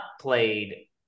played